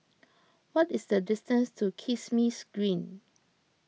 what is the distance to Kismis Green